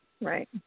right